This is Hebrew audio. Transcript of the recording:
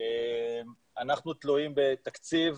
אנחנו תלויים בתקציב